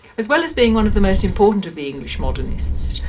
as well as being one of the most important of the english modernists,